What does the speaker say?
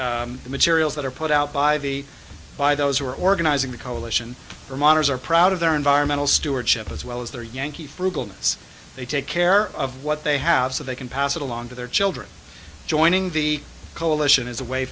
the the materials that are put out by the by those who are organizing the coalition are miners are proud of their environmental stewardship as well as their yankee frugal as they take care of what they have so they can pass it along to their children joining the coalition is a way